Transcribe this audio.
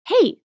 hey